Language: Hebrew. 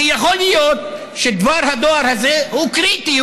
כי יכול להיות שדבר הדואר הזה הוא קריטי,